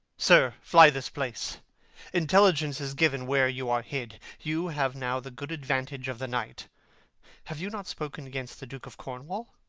sir, fly this place intelligence is given where you are hid you have now the good advantage of the night have you not spoken gainst the duke of cornwall?